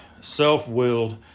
self-willed